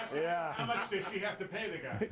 yeah, how much does she have to pay the guy?